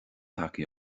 tagtha